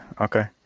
Okay